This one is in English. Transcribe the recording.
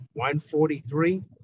143